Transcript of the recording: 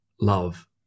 love